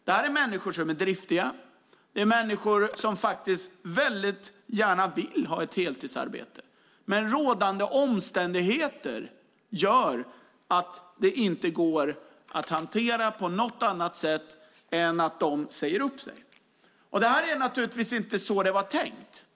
Det gäller människor som är driftiga, människor som väldigt gärna vill ha ett heltidsarbete. Men rådande omständigheter gör att det inte går att hantera situationen på annat sätt än att de säger upp sig. Det är naturligtvis inte så det var tänkt.